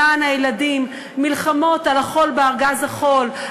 למען הילדים: מלחמות על החול בארגז החול,